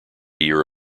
year